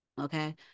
okay